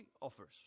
offers